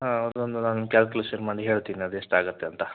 ಹಾಂ ಅವರದ್ದೊಂದು ನಾನು ಕ್ಯಾಲ್ಕುಲೇಷನ್ ಮಾಡಿ ಹೇಳ್ತೀನಿ ಅದೆಷ್ಟಾಗತ್ತೆ ಅಂತ